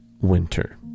Winter